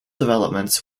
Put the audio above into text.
developments